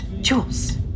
Jules